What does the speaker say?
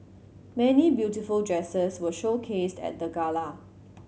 many beautiful dresses were showcased at the gala